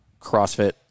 CrossFit